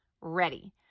ready